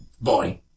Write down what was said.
Boy